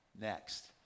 next